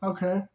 Okay